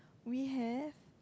we have